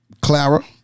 Clara